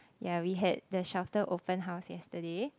yeah we had the shelter open house yesterday